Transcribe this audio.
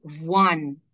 one